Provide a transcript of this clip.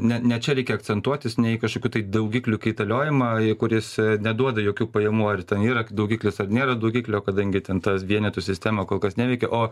ne ne čia reikia akcentuotis ne į kažkokių tai daugiklių kaitaliojimą į kuris neduoda jokių pajamų ar ten yra daugiklis ar nėra daugiklio kadangi ten tas vienetų sistema kol kas neveikia o